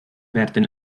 werden